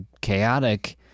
chaotic